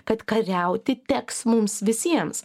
kad kariauti teks mums visiems